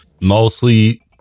mostly